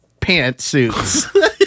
pantsuits